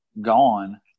gone